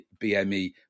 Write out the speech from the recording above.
BME